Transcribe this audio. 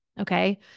Okay